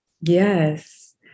Yes